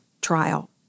trial